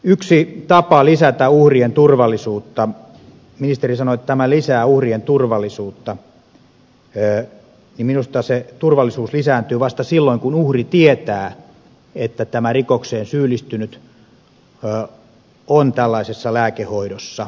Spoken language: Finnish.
yksi tapa lisätä uhrien turvallisuutta ministeri sanoi että tämä lisää uhrien turvallisuutta minusta se turvallisuus lisääntyy vasta silloin kun uhri tietää että tämä rikokseen syyllistynyt on tällaisessa lääkehoidossa